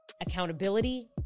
accountability